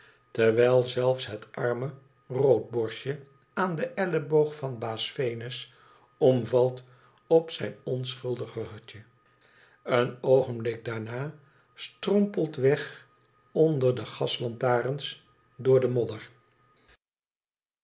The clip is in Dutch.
terwijl zelfs het arme roodborstje aan den elleboog van baas venus omvalt op zijn onschuldig ruggetje een oogenbuk daarna strompelt wegg onder de gaslantarens door de modder